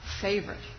favorite